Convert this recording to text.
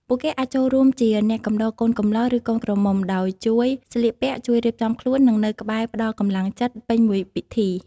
ពួកគេអាចចូលរួមជា អ្នកកំដរកូនកំលោះ ឬកូនក្រមុំ ដោយជួយ ស្លៀកពាក់ ជួយ រៀបចំខ្លួន និង នៅក្បែរផ្តល់កម្លាំងចិត្ត ពេញមួយពិធី។